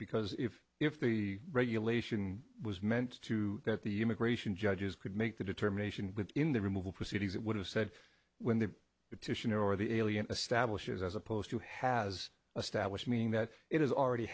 because if if the regulation was meant to that the immigration judges could make the determination in the removal proceedings it would have said when the petitioner or the alien establishes as opposed to has established meaning that it has already